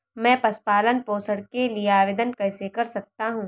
मैं पशु पालन पोषण के लिए आवेदन कैसे कर सकता हूँ?